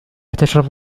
تشرب